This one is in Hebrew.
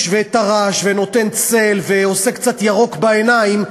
ואת הרעש ונותן צל ועושה קצת ירוק בעיניים,